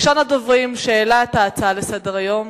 ראשון הדוברים שהעלה את ההצעה לסדר-היום,